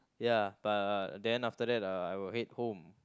ya but uh then after that uh I will head home